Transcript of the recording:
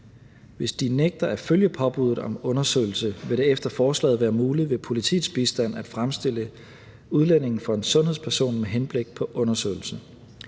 Hvis de nægter at følge påbuddet om undersøgelse, vil det efter forslaget være muligt ved politiets bistand at fremstille udlændingen for en sundhedsperson med henblik på undersøgelse.